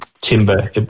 timber